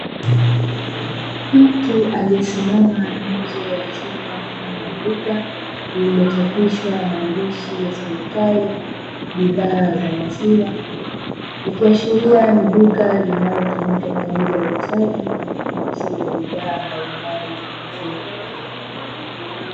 Mtu aliyesimama nje ya chumba mfano wa duka lililochapishwa maandishi yasomekayo “bidhaa za maziwa”, ikiashiria ni duka linalotumika kwaajili ya uuzaji na ununuzi wa bidhaa mbalimbali za maziwa.